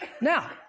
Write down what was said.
Now